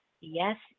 Yes